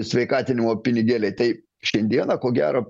sveikatinimo pinigėliai tai šiandieną ko gero